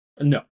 No